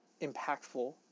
impactful